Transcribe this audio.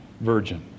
virgin